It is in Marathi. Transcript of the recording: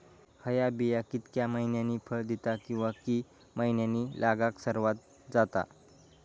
हया बिया कितक्या मैन्यानी फळ दिता कीवा की मैन्यानी लागाक सर्वात जाता?